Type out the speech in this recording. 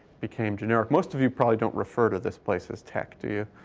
became generic. most of you probably don't refer to this place as tech, do you?